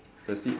the seat